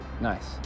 nice